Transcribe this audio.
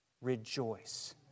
rejoice